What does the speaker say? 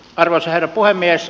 arvoisa herra puhemies